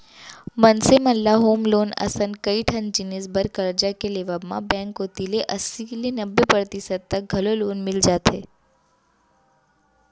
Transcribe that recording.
मनसे मन ल होम लोन असन कइ ठन जिनिस बर करजा के लेवब म बेंक कोती ले अस्सी ले नब्बे परतिसत तक घलौ लोन मिल जाथे